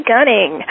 Gunning